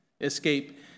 escape